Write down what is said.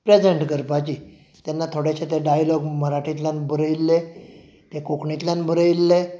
present करपाची तेन्ना थोडेशे ते डायलॉग मराठींतल्यान बरयल्ले ते कोंकणींतल्यान बरयल्ले